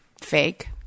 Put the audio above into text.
fake